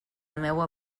meua